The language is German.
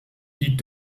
die